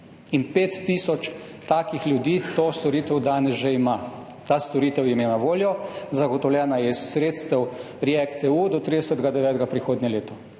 In 5 tisoč takih ljudi to storitev danes že ima, ta storitev jim je na voljo, zagotovljena je iz sredstev React-EU do 30. 9. prihodnje leto.